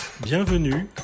Bienvenue